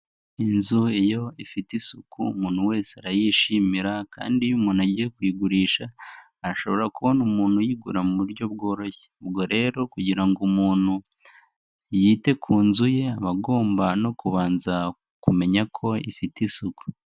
Inzu iyo ifite isuku umuntu wese arayishimira kandi iyo umuntu agiye kuyigurisha ashobora kubona umuntu uyigura mu buryo bworoshye, ubwo rero kugira ngo umuntu yite ku nzu ye aba agomba no kubanza kumenya ko ifite isuku.